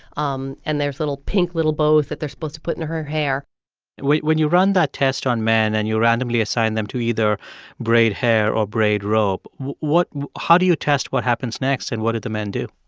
um and there's little pink little bows that they're supposed to put in her hair when you run that test on men and you randomly assign them to either braid hair or braid rope, what how do you test what happens next, and what do the men do?